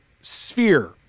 sphere